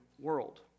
world